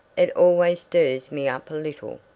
it always stirs me up a little.